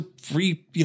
free